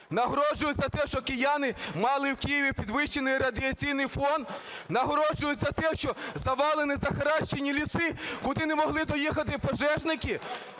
Нагороджують за те, що кияни мали в Києві підвищений радіаційний фон? Нагороджують за те, що завалені захаращені ліси, куди не могли доїхати пожежники?